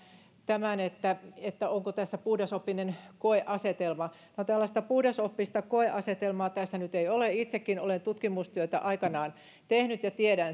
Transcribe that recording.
tämän että onko tässä puhdasoppinen koeasetelma no tällaista puhdasoppista koeasetelmaa tässä nyt ei ole itsekin olen tutkimustyötä aikanaan tehnyt ja tiedän